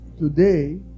today